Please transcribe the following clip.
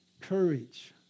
Courage